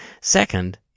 Second